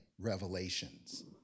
revelations